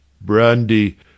brandy